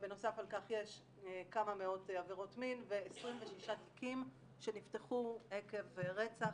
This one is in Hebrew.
ובנוסף על כך יש כמה מאות עבירות מין ו-26 תיקים שנפתחו עקב רצח,